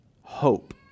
hope